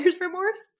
remorse